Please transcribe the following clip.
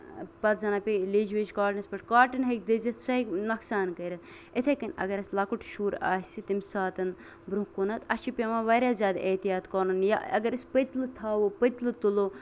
پَتہٕ زَن پیٚیہِ لیجۍ ویجۍ کوٹنَس پٮ۪ٹھ کوٹن ہیٚکہِ دٔزِتھ پَتہٕ ہیٚکہِ نۄقصان گٔرِتھ اِتھٕے کَنۍ اَگر أسۍ لۄکُٹ شُر آسہِ تَمہِ ساتہٕ برونہہ کُنَتھ اَسہِ چھُ یوان واریاہ زیادٕ اِحتِیاط کَرُن یا اَگر أسۍ پٔتلہٕ تھاوو پٔتۍلہٕ تُلو